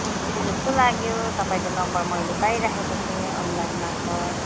मिस्त्री जस्तो लाग्यो तपाईँको नम्बर मैले पाइराखेको थिएँ अनलाइनमार्फत्